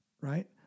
right